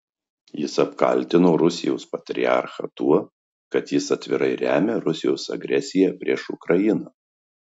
jis apkaltino rusijos patriarchą tuo kad jis atvirai remia rusijos agresiją prieš ukrainą